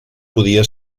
podia